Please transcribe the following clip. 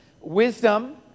Wisdom